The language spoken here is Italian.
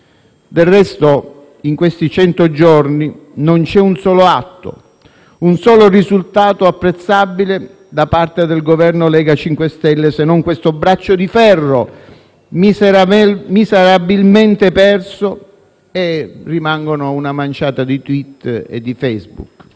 Del resto, in questi cento giorni non c'è un solo atto, un solo risultato apprezzabile da parte del Governo Lega-Cinque Stelle, se non un braccio di ferro miseramente perso; e rimane una manciata di *tweet* e di *post*